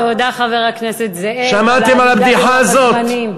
תודה, חבר הכנסת זאב, על העמידה בלוח הזמנים.